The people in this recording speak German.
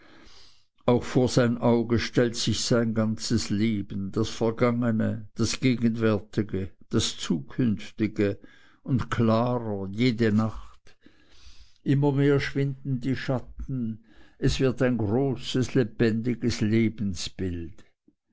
auch vor sein auge stellt sich sein ganzes leben das vergangene das gegenwärtige das zukünftige und klarer jede nacht immer mehr schwinden die schatten es wird ein großes lebendiges lebensbild